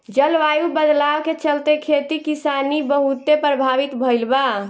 जलवायु बदलाव के चलते, खेती किसानी बहुते प्रभावित भईल बा